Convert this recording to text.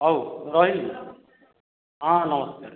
ହଉ ରହିଲି ହଁ ନମସ୍କାର ନମସ୍କାର